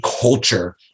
culture